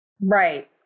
Right